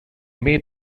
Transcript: may